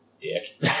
Dick